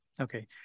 okay